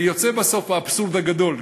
ויוצא בסוף האבסורד הגדול,